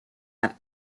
have